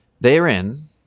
Therein